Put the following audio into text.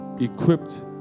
equipped